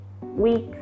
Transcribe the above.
week